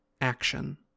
action